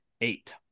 eight